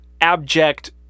abject